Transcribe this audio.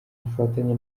bufatanye